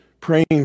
praying